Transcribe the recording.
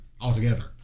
altogether